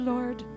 Lord